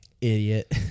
idiot